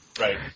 Right